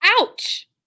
ouch